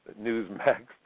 Newsmax